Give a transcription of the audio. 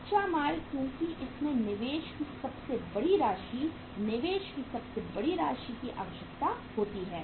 कच्चा माल क्योंकि इसमें निवेश की सबसे बड़ी राशि निवेश की सबसे बड़ी राशि की आवश्यकता होती है